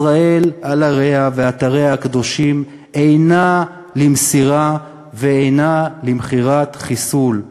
ישראל על עריה ואתריה הקדושים אינה למסירה ואינה למכירת חיסול.